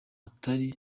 atari